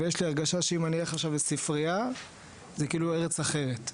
ויש לי הרגשה שאם אני אלך עכשיו לספריה זה כאילו ארץ אחרת.